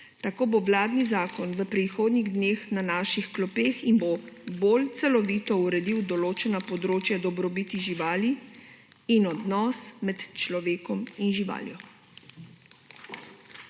Tako bo vladni zakon v prihodnji dneh na naših klopeh in bo bolj celovito uredil določena področja dobrobiti živali in odnos med človekom in živaljo.